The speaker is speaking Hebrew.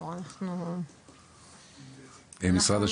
משרד השיכון.